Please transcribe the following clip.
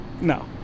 No